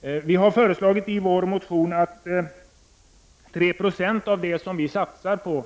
Vi har i en motion föreslagit att 3 76 av de medel som vi satsar på